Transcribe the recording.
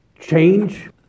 change